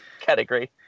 category